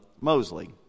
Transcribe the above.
Mosley